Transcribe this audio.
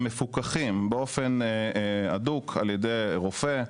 הם מפוקחים באופן הדוק על ידי רופא,